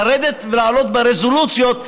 לרדת ולעלות ברזולוציות,